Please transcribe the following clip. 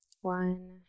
One